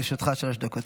בבקשה, לרשותך שלוש דקות.